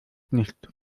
nicht